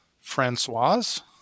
Francoise